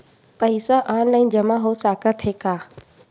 पईसा ऑनलाइन जमा हो साकत हे का?